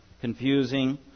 confusing